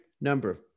number